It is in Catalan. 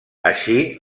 així